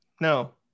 No